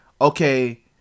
okay